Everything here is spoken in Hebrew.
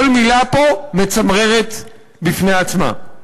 כל מילה פה מצמררת בפני עצמה.